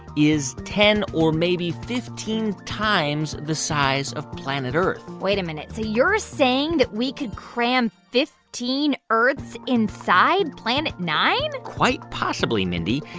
is ten or maybe fifteen times the size of planet earth wait a minute. so you're saying that we could cram fifteen earths inside plan nine? quite possibly, mindy.